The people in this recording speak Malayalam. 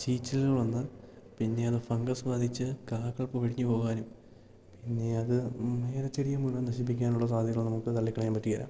ചീച്ചലുകൾ വന്ന് പിന്നെ അത് ഫംഗസ് ബാധിച്ച് കാകൾ പൊഴിഞ്ഞ് പോകാനും പിന്നെ അത് ഏലച്ചെടിയെ മുഴുവൻ നശിപ്പിക്കാനുള്ള സാധ്യതകൾ നമുക്ക് തള്ളി കളയാൻ പറ്റുകയില്ല